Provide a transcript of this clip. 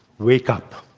wake up.